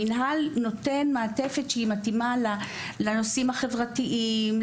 המינהל נותן מעטפת שהיא מתאימה לנושאים החברתיים,